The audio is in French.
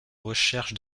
recherche